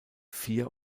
vier